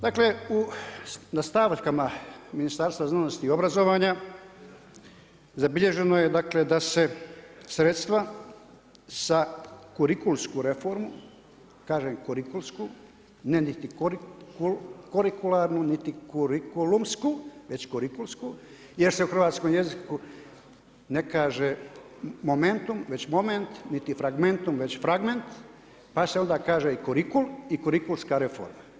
Dakle na stavkama Ministarstva znanosti i obrazovanja zabilježeno je dakle da se sredstva sa kurikulsku reformu, kažem kurikulsku, ne niti kurikularnu niti kurikulumsku, već kurikulsku, jer se u hrvatskom jeziku ne kaže momentum već moment, niti fragmentom već fragment, pa se onda kaže i kurikul i kurikulska reforma.